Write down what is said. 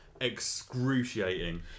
excruciating